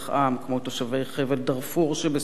כמו תושבי חבל דארפור שבסודן,